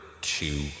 two